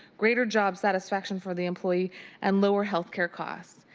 greater job satisfaction for the employee and lower healthcare costs.